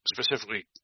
specifically